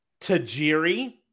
Tajiri